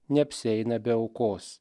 neapsieina be aukos